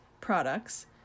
products